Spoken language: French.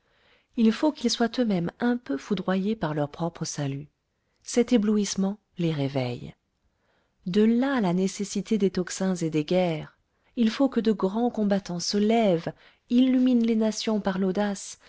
il faut qu'ils soient eux-mêmes un peu foudroyés par leur propre salut cet éblouissement les réveille de là la nécessité des tocsins et des guerres il faut que de grands combattants se lèvent illuminent les nations par l'audace